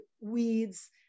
weeds